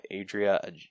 Adria